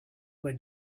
when